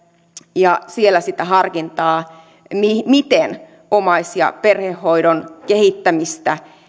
ja siellä sitten harkitaan omais ja perhehoidon kehittämistä